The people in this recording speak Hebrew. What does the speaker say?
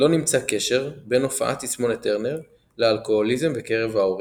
לא נמצא קשר בין הופעת תסמונת טרנר לאלכוהוליזם בקרב ההורים.